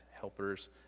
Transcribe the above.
helpers